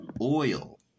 oil